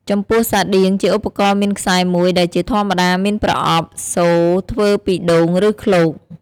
ចំពោះសាដៀវ ជាឧបករណ៍មានខ្សែមួយ ដែលជាធម្មតាមានប្រអប់សូរធ្វើពីដូង ឬឃ្លោក។